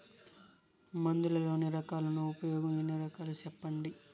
మందులలోని రకాలను ఉపయోగం ఎన్ని రకాలు? సెప్పండి?